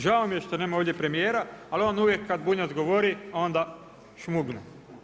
Žao mi je što nema ovdje premijera, ali on uvijek kad Bunjac govori onda šmugne.